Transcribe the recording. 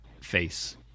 face